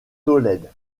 tolède